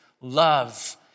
love